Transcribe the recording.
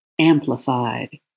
amplified